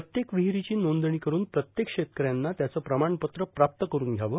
प्रत्येक विहीरीच्या नोंदणी करून प्रत्येक शेतकऱ्यांनी त्याचे प्रमाणपत्र प्राप्त करून घ्यावं